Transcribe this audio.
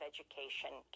Education